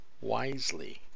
wisely